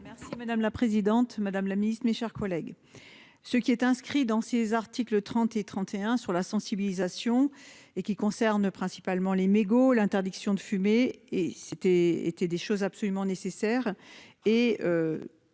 Merci madame la présidente Madame la Ministre, mes chers collègues. Ce qui est inscrit dans ses articles 30 et 31 sur la sensibilisation et qui concerne principalement les mégots. L'interdiction de fumer et c'était étaient des choses absolument nécessaire